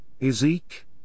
Ezek